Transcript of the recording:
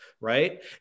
right